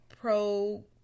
pro